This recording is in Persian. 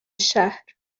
شهر